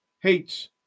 hates